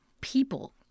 People